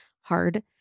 hard